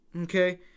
okay